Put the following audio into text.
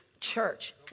church